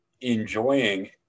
enjoying